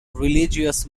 religious